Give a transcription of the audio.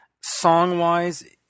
song-wise